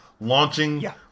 launching